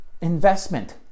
investment